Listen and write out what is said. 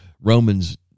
Romans